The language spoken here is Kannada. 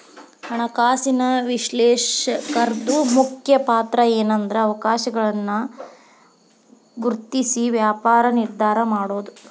ಹಣಕಾಸಿನ ವಿಶ್ಲೇಷಕರ್ದು ಮುಖ್ಯ ಪಾತ್ರಏನ್ಂದ್ರ ಅವಕಾಶಗಳನ್ನ ಗುರ್ತ್ಸಿ ವ್ಯಾಪಾರ ನಿರ್ಧಾರಾ ಮಾಡೊದು